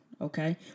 Okay